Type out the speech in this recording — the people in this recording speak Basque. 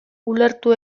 ulertu